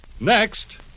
Next